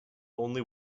only